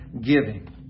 giving